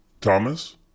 Thomas